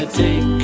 take